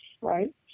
right